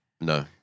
No